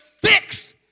fix